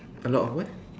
a lot of what